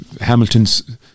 Hamilton's